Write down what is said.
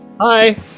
hi